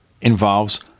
involves